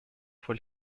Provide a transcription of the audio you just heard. fue